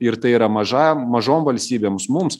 ir tai yra mažam mažoms valstybėms mums